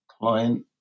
client